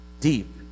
deep